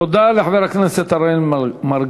תודה לחבר הכנסת אראל מרגלית.